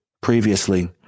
previously